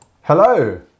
Hello